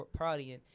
partying